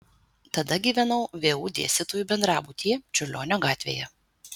tada gyvenau vu dėstytojų bendrabutyje čiurlionio gatvėje